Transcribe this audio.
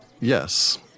Yes